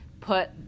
put